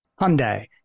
Hyundai